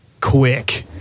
quick